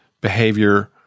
behavior